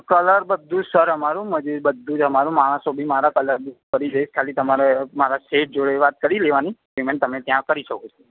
colour બધું જ sir અમારું મજૂર બધું જ અમારું માણસો બી મારા કલર બી ખાલી એક ખાલી તમારે મારા શેઠ જોડે વાત કરી લેવાની પેમેન્ટ તમે ત્યાં કરી શકો છો